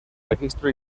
registro